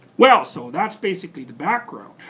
well, so that's basically the background.